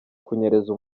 kunyereza